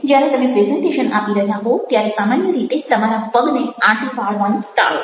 જ્યારે તમે પ્રેઝન્ટેશન આપી રહ્યા હો ત્યારે સામાન્ય રીતે તમારા પગને આંટી વાળાવાનું ટાળો